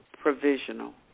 provisional